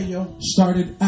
started